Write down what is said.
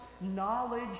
knowledge